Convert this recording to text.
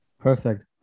Perfect